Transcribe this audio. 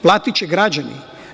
Platiće građani.